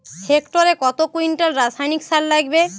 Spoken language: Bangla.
হেক্টরে কত কুইন্টাল রাসায়নিক সার লাগবে?